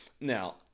Now